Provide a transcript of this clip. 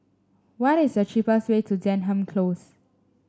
what is the cheapest way to Denham Close